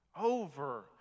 over